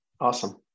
Awesome